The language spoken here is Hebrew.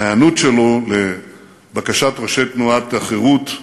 ההיענות שלו לבקשת ראשי תנועת החרות,